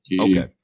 Okay